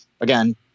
again